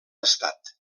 estat